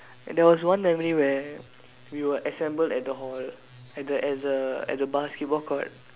there was one memory where we will assemble at the hall at the at the at the basketball court